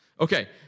Okay